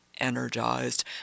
energized